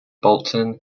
bolton